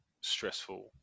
stressful